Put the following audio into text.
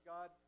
God